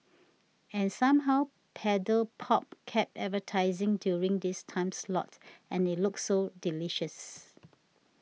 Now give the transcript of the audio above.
and somehow Paddle Pop kept advertising during this time slot and it looked so delicious